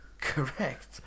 Correct